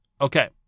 Okay